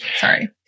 Sorry